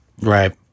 right